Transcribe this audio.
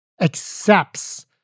accepts